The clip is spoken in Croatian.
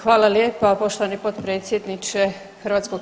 Hvala lijepa poštovani potpredsjedniče HS.